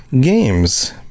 games